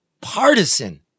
partisan